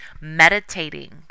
Meditating